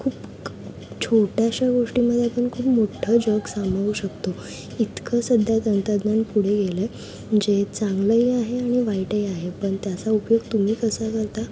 खूप छोट्याशा गोष्टीमध्ये आपण खूप मोठं जग सामावू शकतो इतकं सध्या तंत्रज्ञान पुढे गेलं आहे जे चांगलंही आहे आणि वाईटही आहे पण त्याचा उपयोग तुम्ही कसा करता